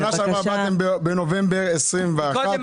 בשנה שעברה באתם בנובמבר 2021. קודם